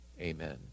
Amen